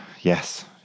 yes